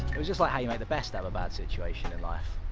it was just like how you make the best out of a bad situation in life,